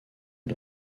les